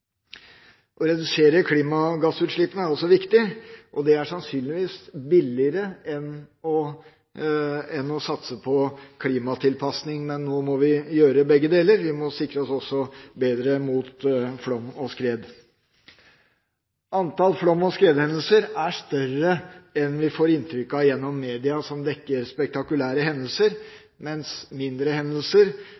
Å redusere klimagassutslipp er altså viktig, og det er sannsynligvis billigere enn å satse på klimatilpasning. Men nå må vi gjøre begge deler; vi må også sikre oss bedre mot flom og skred. Antallet flom- og skredhendelser er større enn vi får inntrykk av gjennom media som dekker spektakulære hendelser